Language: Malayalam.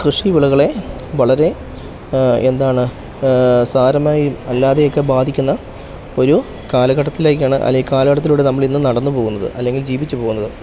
കൃഷി വിളകളെ വളരെ ആ എന്താണ് സാരമായി അല്ലാതെ ഒക്കെ ബാധിക്കുന്ന ഒരു കാലഘട്ടത്തിലേക്കാണ് അല്ലെങ്കിൽ കാലഘട്ടത്തിലൂടെ നമ്മൾ ഇന്ന് നടന്നു പോകുന്നത് അല്ലെങ്കിൽ ജീവിച്ചു പോകുന്നത്